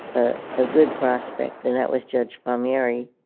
ah a good prospect. and that was judge palmieri,